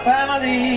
family